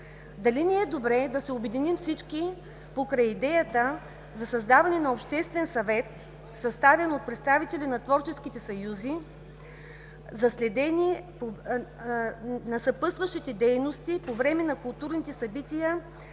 дали не добре да се обединим всички покрай идеята за създаване на Обществен съвет, съставен от представители на творческите съюзи, за следене на съпътстващите дейности по време на културните събития